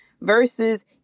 versus